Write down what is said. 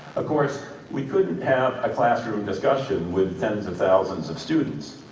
of course, we couldn't have a classroom discussion with tens of thousands of students,